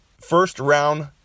first-round